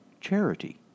charity